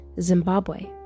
Zimbabwe